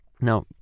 Now